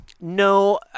No